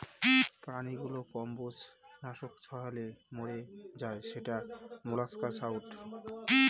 প্রাণীগুলো কম্বজ নাশক ছড়ালে মরে যায় সেটা মোলাস্কাসাইড